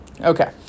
Okay